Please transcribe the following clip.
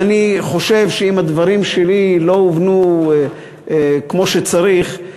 אבל אני חושב שאם הדברים שלי לא הובנו כמו שצריך,